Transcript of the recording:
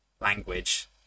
language